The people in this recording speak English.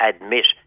admit